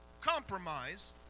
compromise